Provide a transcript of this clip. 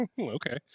okay